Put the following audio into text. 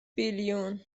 بیلیون